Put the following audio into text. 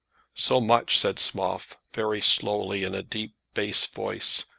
so much said schmoff, very slowly, in a deep bass voice,